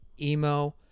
emo